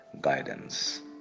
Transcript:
guidance